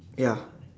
ya